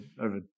over